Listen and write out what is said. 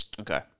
Okay